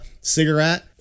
cigarette